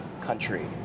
country